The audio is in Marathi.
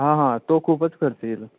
हां हां तो खूपच खर्च येईल